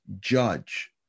judge